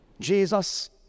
Jesus